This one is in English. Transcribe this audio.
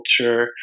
culture